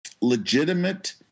legitimate